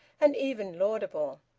and even laudable.